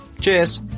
Cheers